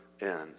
end